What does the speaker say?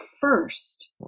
first